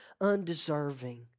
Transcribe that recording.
undeserving